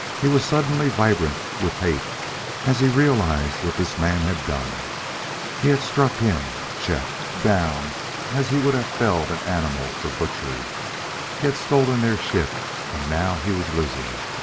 he was suddenly vibrant with hate as he realized what this man had done he had struck him, chet, down as he would have felled an animal for butchery he had stolen their ship and now he was losing it.